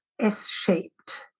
S-shaped